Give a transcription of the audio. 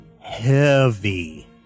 heavy